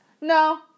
No